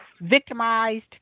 victimized